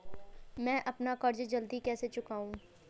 मैं अपना कर्ज जल्दी कैसे चुकाऊं?